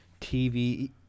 TV